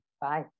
Bye